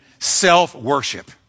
Self-worship